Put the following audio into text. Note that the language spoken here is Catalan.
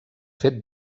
fet